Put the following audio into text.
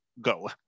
go